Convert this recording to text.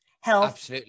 health